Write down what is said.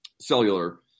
cellular